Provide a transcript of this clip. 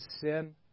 sin